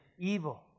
evil